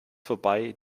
vorbei